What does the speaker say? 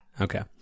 okay